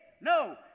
no